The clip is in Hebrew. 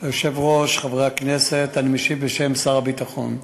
היושב-ראש, חברי הכנסת, אני משיב בשם שר הביטחון.